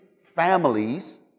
families